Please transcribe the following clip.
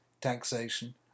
taxation